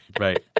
right.